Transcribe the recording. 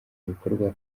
bikorwa